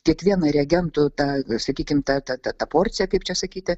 kiekviena reagentų ta sakykim ta ta ta ta porcija kaip čia sakyti